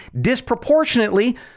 disproportionately